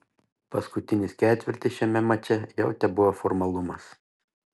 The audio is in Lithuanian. paskutinis ketvirtis šiame mače jau tebuvo formalumas